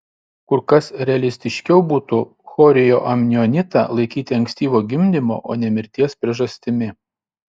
kur kas realistiškiau būtų chorioamnionitą laikyti ankstyvo gimdymo o ne mirties priežastimi